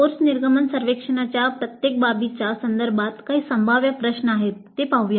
course निर्गमन सर्वेक्षणाच्या प्रत्येक बाबीच्या संदर्भात काही संभाव्य प्रश्न आहेत ते पाहूया